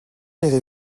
irez